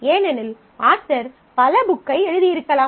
ஏனெனில் ஆத்தர் பல புக்கை எழுதியிருக்கலாம்